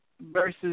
versus